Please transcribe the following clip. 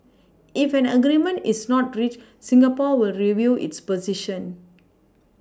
if an agreement is not reached Singapore will review its position